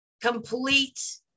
complete